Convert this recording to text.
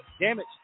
Damage